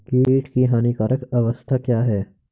कीट की हानिकारक अवस्था क्या है?